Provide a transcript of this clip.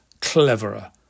cleverer